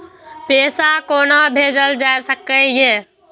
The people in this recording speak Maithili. पैसा कोना भैजल जाय सके ये